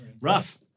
Rough